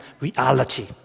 reality